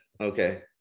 Okay